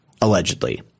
allegedly